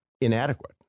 inadequate